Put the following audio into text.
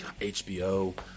HBO